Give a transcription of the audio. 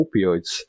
opioids